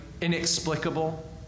inexplicable